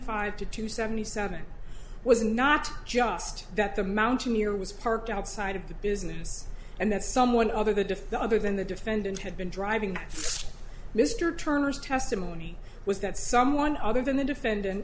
five to two seventy seven was not just that the mountaineer was parked outside of the business and that someone other the defense other than the defendant had been driving mr turner's testimony was that someone other than the defendant